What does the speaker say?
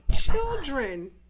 children